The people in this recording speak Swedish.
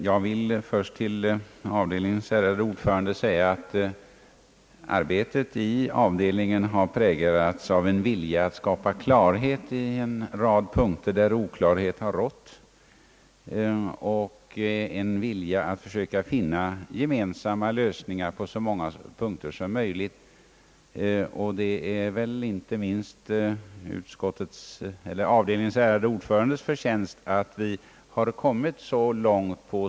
Herr talman! Jag vill bara uppklara ett missförstånd. Mitt citat ur skolkommissionens betänkande var inte anfört såsom någon kritik, tvärtom. Jag är fylld av beundran både över utformningen av och innehållet i detta.